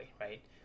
right